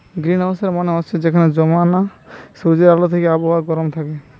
গ্রীনহাউসের মানে হচ্ছে যেখানে জমানা সূর্যের আলো থিকে আবহাওয়া গরম থাকে